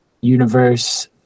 universe